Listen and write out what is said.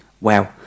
wow